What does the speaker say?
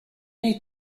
need